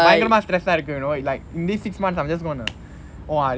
பயங்கரமா:bayangramaa stress இருக்கு:irukku you know like in this six months I'm just gonna !wah!